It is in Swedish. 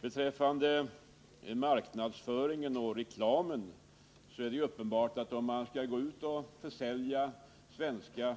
Beträffande marknadsföringen och reklamen är det uppenbart att om vi skall gå ut och försälja svenska